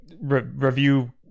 review